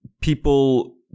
people